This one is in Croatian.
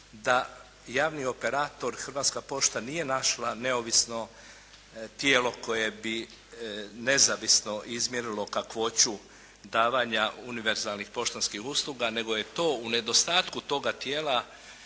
da javni operator Hrvatska pošta nije našla neovisno tijelo koje bi nezavisno izmjerilo kakvoću davanja univerzalnih poštanskih usluga nego je to u nedostatku toga tijela